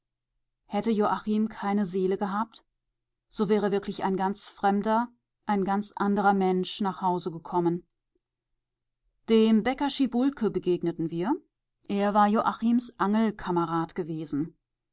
hätte joachim keine seele gehabt so wäre wirklich ein ganz fremder ein ganz anderer mensch nach hause gekommen dem bäcker schiebulke begegneten wir er war joachims angelkamerad gewesen